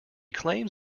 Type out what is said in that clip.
claims